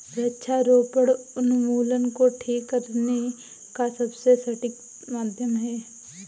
वृक्षारोपण वृक्ष उन्मूलन को ठीक करने का सबसे सटीक माध्यम है